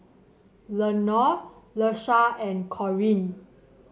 Lenore Leshia and Corine